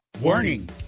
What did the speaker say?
Warning